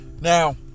Now